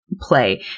Play